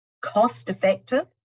cost-effective